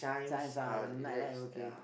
Chijmes ah is nightlife okay